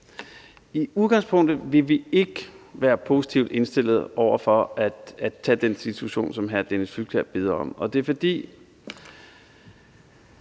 I udgangspunktet vil vi ikke være positivt indstillet over for at gøre det, som hr. Dennis Flydtkjær beder om. Det er, fordi